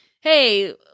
hey